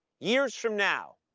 years from now,